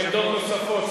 עמדות נוספות.